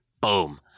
Boom